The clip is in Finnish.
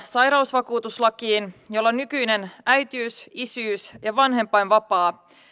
sairausvakuutuslakiin muutosta jolla nykyinen äitiys isyys ja vanhempainvapaa